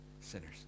sinners